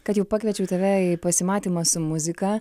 kad jau pakviečiau tave į pasimatymą su muzika